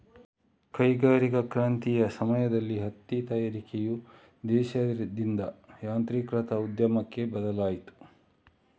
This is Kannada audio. ಕೈಗಾರಿಕಾ ಕ್ರಾಂತಿಯ ಸಮಯದಲ್ಲಿ ಹತ್ತಿ ತಯಾರಿಕೆಯು ದೇಶೀಯದಿಂದ ಯಾಂತ್ರೀಕೃತ ಉದ್ಯಮಕ್ಕೆ ಬದಲಾಯಿತು